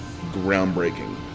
groundbreaking